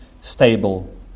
stable